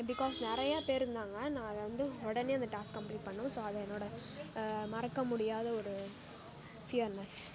because நிறயா பேர் இருந்தாங்க நான் அதை வந்து உடனே அந்த டாஸ்க் கம்ப்ளீட் பண்ணணும் ஸோ அது என்னோடய மறக்க முடியாத ஒரு ஃபியர்னஸ்